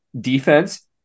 defense